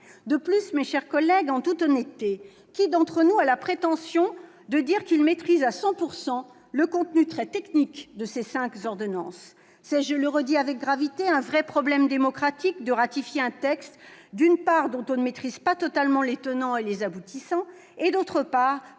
De plus, mes chers collègues, en toute honnêteté, lequel d'entre nous peut prétendre maîtriser à 100 % le contenu très technique de ces cinq ordonnances ? C'est, je le redis avec gravité, un vrai problème démocratique que de ratifier un texte dont on ne maîtrise pas totalement les tenants et les aboutissants et que l'on